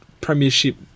Premiership